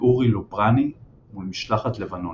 ואורי לוברני מול משלחת לבנונית.